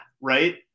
right